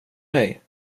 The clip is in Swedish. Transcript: mig